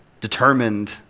determined